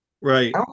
right